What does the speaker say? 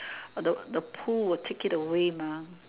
the the pool will take it away Ma